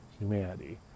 humanity